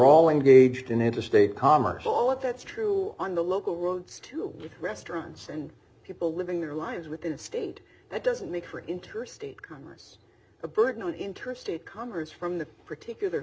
all engaged in interstate commerce all of that's true on the local roads to restaurants and people living their lives within the state that doesn't make or interstate commerce a burden on interstate commerce from the particular